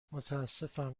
متأسفم